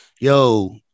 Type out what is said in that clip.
Yo